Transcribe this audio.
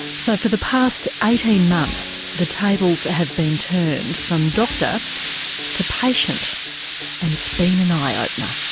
so for the past eighteen months the tables have been turned from doctor to patient and it's been an eye opener.